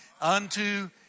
unto